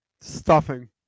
stuffing